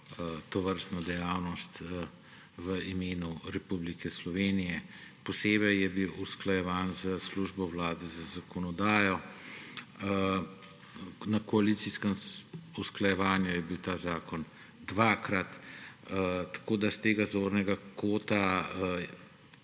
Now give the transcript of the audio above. tovrstno dejavnost v imenu Republike Slovenije. Posebej je bil usklajevan s Službo vlade za zakonodajo. Na koalicijskem usklajevanju je bil ta zakona dvakrat. Tako da s tega zornega kota